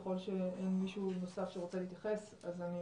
ככל שאין מישהו נוסף שרוצה להתייחס אז אני